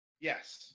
Yes